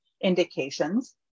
indications